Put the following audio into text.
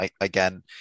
again